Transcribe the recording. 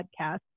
podcast